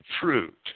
fruit